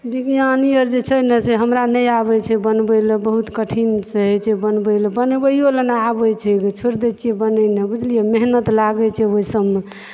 बिरयानी अर जे छै न से हमरा नहि आबय छै बनबयलऽ बहुत कठिनसँ होय छै बनबयलऽ बनबयओ लऽ नहि आबैतछै छोड़ि दैत छियै बनेनाइ बुझलियै मेहनत लागै छै ओहिसभमे